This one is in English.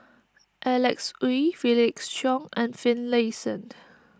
Alanx Oei Felix Cheong and Finlayson